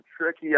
tricky